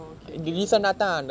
oh okay okay I will